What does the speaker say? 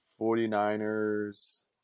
49ers